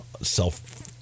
self